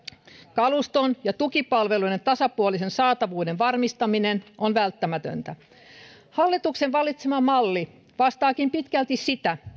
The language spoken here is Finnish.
kaluston ja tukipalveluiden tasapuolisen saatavuuden varmistaminen on välttämätöntä hallituksen valitsema malli vastaakin pitkälti sitä